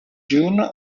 june